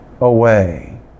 Away